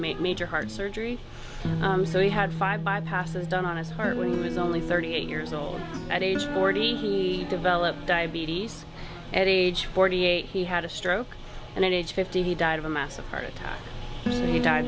make major heart surgery so he had five bypasses done on his heart when he was only thirty eight years old at age forty he developed diabetes at age forty eight he had a stroke and at age fifteen he died of a massive heart attack and he died